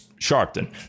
Sharpton